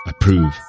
Approve